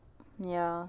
ya